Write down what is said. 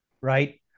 right